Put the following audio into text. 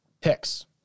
picks